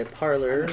parlor